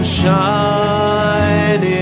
shine